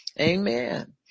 Amen